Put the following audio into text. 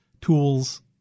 tools